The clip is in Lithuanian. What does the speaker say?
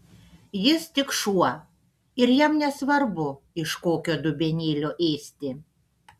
jis tik šuo ir jam nesvarbu iš kokio dubenėlio ėsti